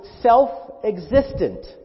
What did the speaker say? self-existent